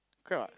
correct what